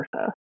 versa